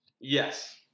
Yes